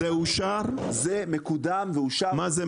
זה מקודם ומאושר?